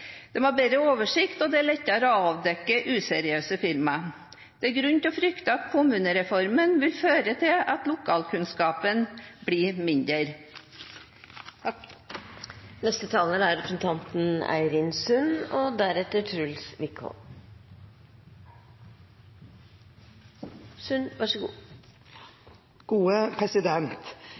oversikt og det er lettere å avdekke useriøse firmaer. Det er grunn til å frykte at kommunereformen vil føre til at lokalkunnskapen blir mindre. Næringen som vi diskuterer i dag, er